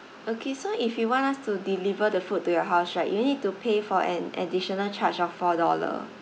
okay so if you want us to deliver the food to your house right you need to pay for an additional charge of four dollars